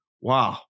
wow